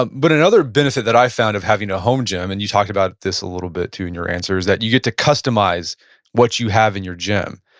ah but another benefit that i found of having a home gym and you talked about this a little bit, too, in your answers is that you get to customize what you have in your gym.